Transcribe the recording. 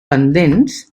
pendents